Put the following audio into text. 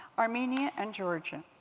armenia, and georgia.